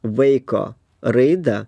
vaiko raidą